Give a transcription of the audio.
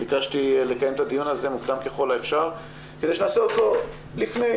ביקשתי לקיים את הדיון הזה מוקדם ככל האפשר כדי שנעשה אותו לפני,